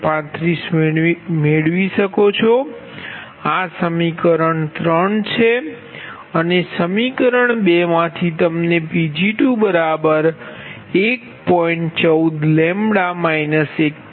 35 મેળવી શકો છો આ સમીકરણ છે અને સમીકરણ માથી તમને Pg21